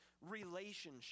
relationship